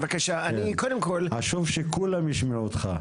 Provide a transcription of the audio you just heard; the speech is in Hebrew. חשוב שכולם ישמעו אותך.